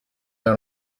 now